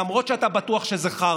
למרות שאתה בטוח שזה חרטא.